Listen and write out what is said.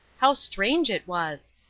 how strange it was!